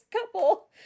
couple